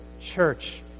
church